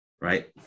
Right